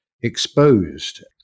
exposed